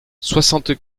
soixante